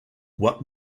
what